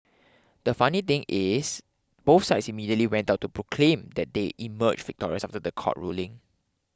the funny thing is both sides immediately went out to proclaim that they emerge victorious after the court ruling